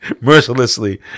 mercilessly